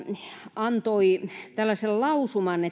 antoi tällaisen lausuman